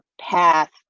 path